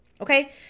okay